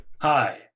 Hi